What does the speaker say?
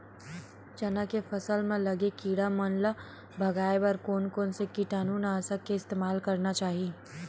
चना के फसल म लगे किड़ा मन ला भगाये बर कोन कोन से कीटानु नाशक के इस्तेमाल करना चाहि?